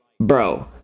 bro